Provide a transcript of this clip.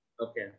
Okay